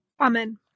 Amen